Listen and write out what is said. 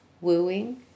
wooing